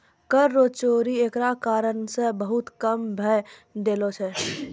कर रो चोरी एकरा कारण से बहुत कम भै गेलो छै